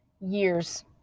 years